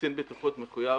קצין בטיחות מחויב